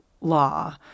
law